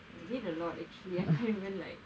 I did a lot actually I can't even like